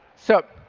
so,